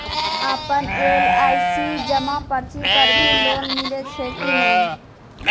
आपन एल.आई.सी जमा पर्ची पर भी लोन मिलै छै कि नै?